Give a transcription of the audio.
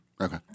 Okay